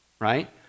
right